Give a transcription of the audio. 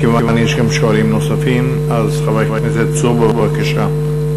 כיוון שיש שואלים נוספים, חבר הכנסת צור, בבקשה.